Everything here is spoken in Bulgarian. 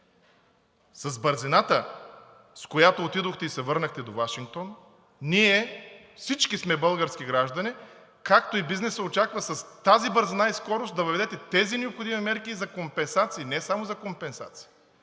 с бързината, с която отидохте и се върнахте от Вашингтон, ние всички сме български граждани, както и бизнесът очаква с тази бързина и скорост да въведете тези необходими мерки и за компенсации. Не само за компенсации,